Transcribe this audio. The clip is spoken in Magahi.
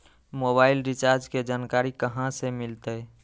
मोबाइल रिचार्ज के जानकारी कहा से मिलतै?